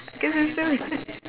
because it's stupid